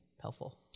helpful